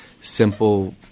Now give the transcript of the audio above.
simple